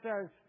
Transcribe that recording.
says